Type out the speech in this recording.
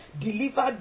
delivered